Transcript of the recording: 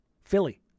philly